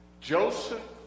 Joseph